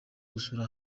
gusura